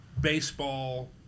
baseball